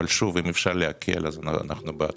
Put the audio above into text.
אבל אם אפשר להקל אנחנו בעד.